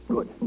Good